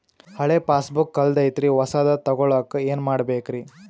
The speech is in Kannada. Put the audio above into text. ಹಳೆ ಪಾಸ್ಬುಕ್ ಕಲ್ದೈತ್ರಿ ಹೊಸದ ತಗೊಳಕ್ ಏನ್ ಮಾಡ್ಬೇಕರಿ?